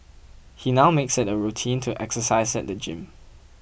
he now makes it a routine to exercise at the gym